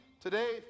today